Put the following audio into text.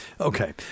Okay